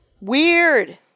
weird